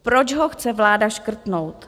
Proč ho chce vláda škrtnout?